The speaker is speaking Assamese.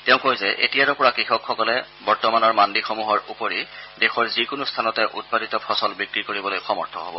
তেওঁ কয় যে এতিয়াৰে পৰা কৃষকসকলে বৰ্তমানৰ মাণ্ডিসমূহৰ উপৰি দেশৰ যিকোনো স্থানতে উৎপাদিত ফচল বিক্ৰী কৰিবলৈ সমৰ্থ হব